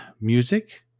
music